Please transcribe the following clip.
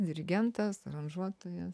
dirigentas aranžuotojas